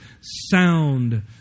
sound